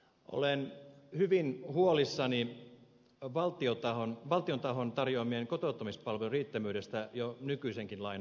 olen hyvin huolissani valtion tahon tarjoamien kotouttamispalvelujen riittävyydestä jo nykyisenkin lain aikana